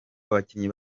abakinnyi